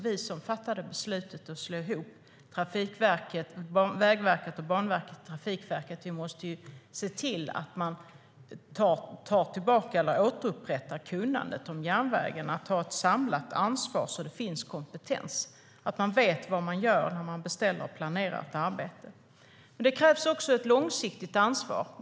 Vi som fattade beslutet om att slå ihop Vägverket och Banverket till Trafikverket måste se till att kunnandet om järnvägen återupprättas och att det tas ett samlat ansvar, så att det finns kompetens och så att man vet vad man gör när man beställer och planerar ett arbete. Det krävs också ett långsiktigt ansvar.